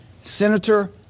senator